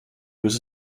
was